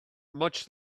much